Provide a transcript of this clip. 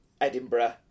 Edinburgh